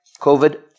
COVID